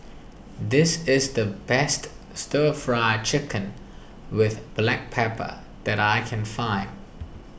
this is the best Stir Fry Chicken with Black Pepper that I can find